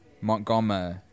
Montgomery